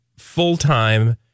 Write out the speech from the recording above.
full-time